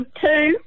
two